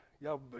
Y'all